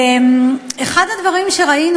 ואחד הדברים שראינו,